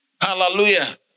Hallelujah